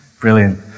brilliant